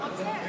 הוא רוצה.